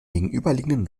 gegenüberliegenden